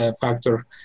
factor